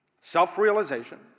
self-realization